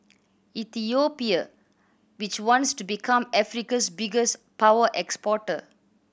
Ethiopia which wants to become Africa's biggest power exporter